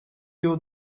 you